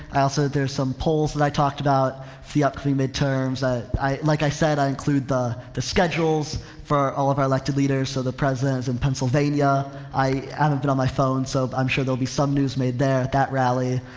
i also, there's some polls that i talked about for the upcoming midterms that i, like i said, i include the, the schedules for all of our elected leaders. so, the president is in pennsylvania. i, i haven't been on my phone so i'm sure there will be some news made there at that rally.